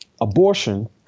abortion